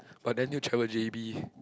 but then need to travel J_B